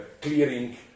clearing